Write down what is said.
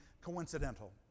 coincidental